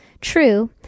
True